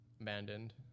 abandoned